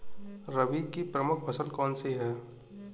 रबी की प्रमुख फसल कौन सी है?